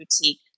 boutique